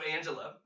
Angela